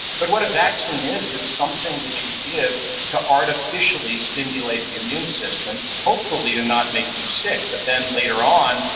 but what a vaccine is is something that you give to artificially stimulate the immune system, hopefully to not make you sick. but then later on,